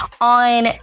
on